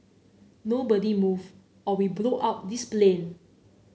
nobody move or we blow up this plane